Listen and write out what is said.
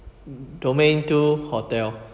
domain two hotel